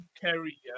carry